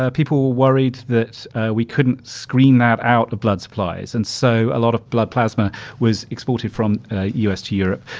ah people were worried that we couldn't screen that out of blood supplies. and so a lot of blood plasma was exported from u s. to europe.